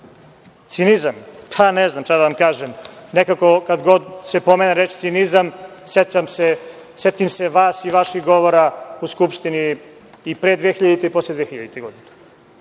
Cinizam. Pa, ne znam šta da vam kažem. Nekako kad god se pomene reč cinizam, setim se vas i vaših govora u Skupštini i pre 2000. i posle 2000. godine. SSP